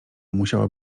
musiała